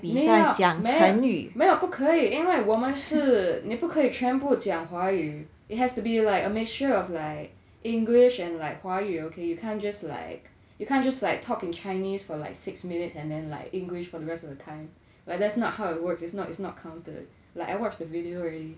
你要没有没有不可以因为我们是你不可以全部讲华语 it has to be like a mixture of like english and like 华语 okay you can't just like you can't just like talk in chinese for like six minutes and then like english for the rest of the time like that's not how it works it's not it's not counted like I watched the video already